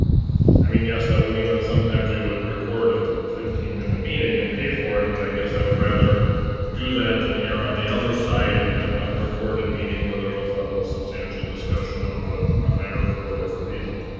i mean, yes, that would mean sometimes we would record a fifteen minute meeting and pay for it, but i guess and i would rather do that than err on the other side and have an unrecorded meeting when there was a substantial discussion about ah a hire for whatever reason.